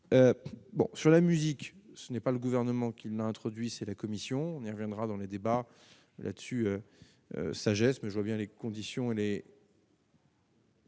bon sur la musique, ce n'est pas le gouvernement qu'il n'introduit, c'est la commission, on y reviendra dans les débats là-dessus sagesse mais je vois bien les conditions est.